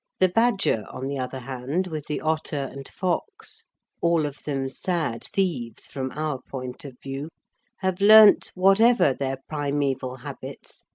the badger, on the other hand, with the otter and fox all of them sad thieves from our point of view have learnt, whatever their primeval habits,